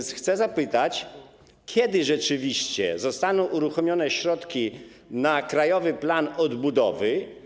Chcę więc zapytać, kiedy rzeczywiście zostaną uruchomione środki na Krajowy Plan Odbudowy.